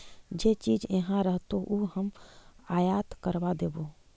जे चीज इहाँ रहतो ऊ हम आयात करबा देबो